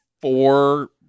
four